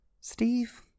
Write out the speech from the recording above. Steve